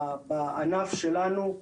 בענף שלנו.